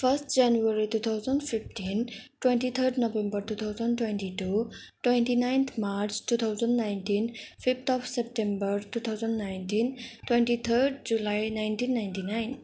first January two thousand fifteen twenty third November two thousand twenty two twenty ninth March two thousand nineteen fifth of September two thousand nineteen twenty third July nineteen ninety nine